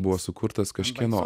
buvo sukurtas kažkieno